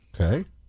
Okay